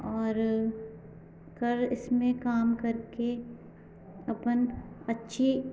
और कर इसमें काम करके अपन अच्छे